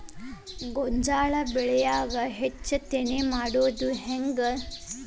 ಗೋಂಜಾಳ ಬೆಳ್ಯಾಗ ಹೆಚ್ಚತೆನೆ ಮಾಡುದ ಹೆಂಗ್?